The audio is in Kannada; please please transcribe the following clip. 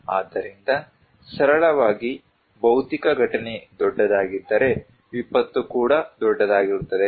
ಆದ್ದರಿಂದ ಸರಳವಾಗಿ ಭೌತಿಕ ಘಟನೆ ದೊಡ್ಡದಾಗಿದ್ದರೆ ವಿಪತ್ತು ಕೂಡ ದೊಡ್ಡದಾಗಿರುತ್ತದೆ